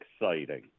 exciting